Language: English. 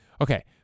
Okay